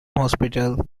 hospital